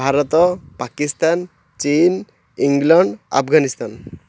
ଭାରତ ପାକିସ୍ତାନ ଚୀନ୍ ଇଂଲଣ୍ଡ ଆଫଗାନିସ୍ତାନ